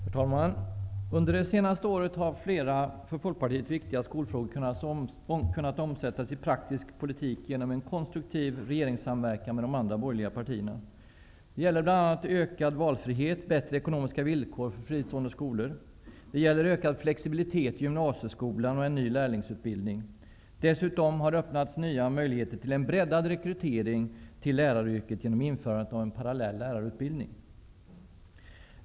Herr talman! Under det senaste året har flera för Folkpartiet viktiga skolfrågor kunnat omsättas i praktisk politik genom en konstruktiv regeringssamverkan med de andra borgerliga partierna. Det gäller bland annat ökad valfrihet och bättre ekonomiska villkor för fristående skolor. Det gäller ökad flexibilitet i gymnasieskolan och en ny lärlingsutbildning. Dessutom har det öppnats nya möjligheter till en breddad rekrytering till läraryrket genom införandet av en parallell lärarutbildning.